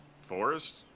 forest